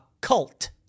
cult